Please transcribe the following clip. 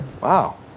Wow